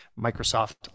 Microsoft